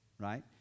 right